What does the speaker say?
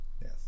Yes